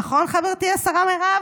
נכון, חברתי השרה מירב?